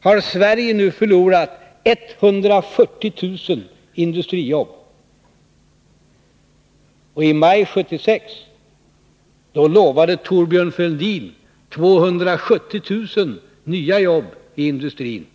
har Sverige nu förlorat 140 000 industrijobb. I maj 1976 lovade Thorbjörn Fälldin 270 000 nya jobb i industrin.